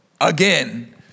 again